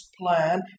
plan